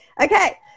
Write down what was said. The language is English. Okay